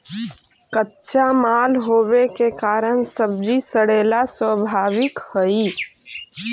कच्चा माल होवे के कारण सब्जि के सड़ेला स्वाभाविक हइ